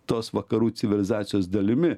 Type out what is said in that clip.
tos vakarų civilizacijos dalimi